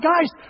guys